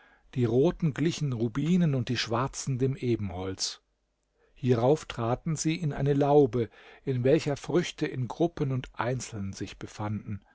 die roten glichen rubinen und die schwarzen dem ebenholz hierauf traten sie in eine laube in welcher früchte in gruppen und einzeln sich befanden